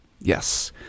Yes